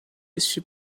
este